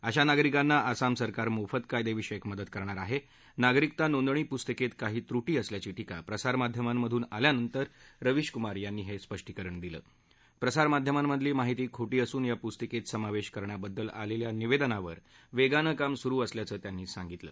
अशा नागरिकांना आसाम सरकार मोफत कायदविषयक मदत करणार आह नागरिकता नोंदणी पुस्तिकत्त काही त्रुटी असल्याची टीका प्रसारमाध्यमांमधून आल्यानंतर रविश कुमार यांनी ह स्पिष्टीकरण दिलं आहा प्रसारमाध्यमांमधली माहिती खोटी असून या पुस्तिकत्ति समावधीकरण्याबद्दल आलखी निवझीवर वग्रानं काम सुरु असल्याचं त्यांनी सांगितलं